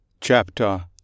Chapter